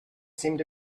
seemed